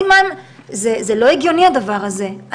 זה לא הגיוני הדבר הזה.